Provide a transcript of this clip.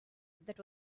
that